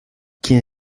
quien